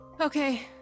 Okay